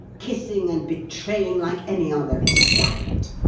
kissing and betraying like any other iscariot!